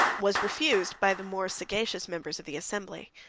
was refused by the more sagacious members of the assembly.